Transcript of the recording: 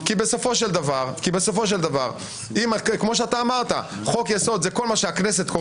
בפתח דבריי אני אומר שתפקידי במשרד המשפטים הוא ראש היחידה